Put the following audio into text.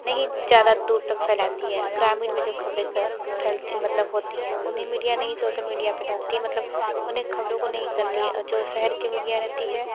नहीं ज़्यादा दूर तक फैलाती है ग्रामीण में जो ख़बरें फैलती मतलब होती है उन्हें मीडिया नहीं सोशल मीडिया पर डालती है मतलब उन्हें ख़बरों को नहीं करती है जो शहर के मीडिया रहती है